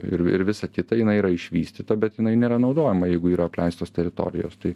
ir ir visa kita jinai yra išvystyta bet jinai nėra naudojama jeigu yra apleistos teritorijos tai